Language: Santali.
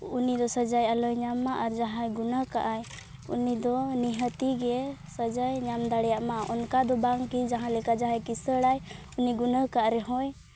ᱩᱱᱤ ᱫᱚ ᱥᱟᱡᱟᱭ ᱟᱞᱚᱭ ᱧᱟᱢ ᱢᱟ ᱟᱨ ᱡᱟᱦᱟᱸᱭ ᱜᱩᱱᱟᱹ ᱠᱟᱜ ᱟᱭ ᱩᱱᱤ ᱫᱚ ᱱᱤᱦᱟᱹᱛᱤᱜᱮ ᱥᱟᱡᱟᱭ ᱧᱟᱢ ᱫᱟᱲᱮᱭᱟᱜ ᱢᱟ ᱚᱱᱠᱟ ᱫᱚ ᱵᱟᱝ ᱠᱤ ᱡᱟᱦᱟᱸᱞᱮᱠᱟ ᱡᱟᱦᱟᱸᱭ ᱠᱤᱸᱥᱟᱹᱲᱟᱭ ᱩᱱᱤ ᱜᱩᱱᱟᱹ ᱠᱟᱜ ᱨᱮᱦᱚᱸᱭ